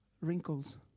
wrinkles